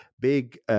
big